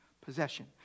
possession